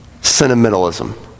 sentimentalism